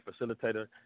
facilitator